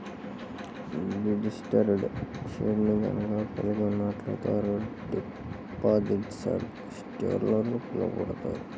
registered షేర్ని గనక కలిగి ఉన్నట్లయితే వారు రిజిస్టర్డ్ షేర్హోల్డర్గా పిలవబడతారు